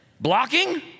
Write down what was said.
Blocking